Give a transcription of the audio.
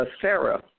Sarah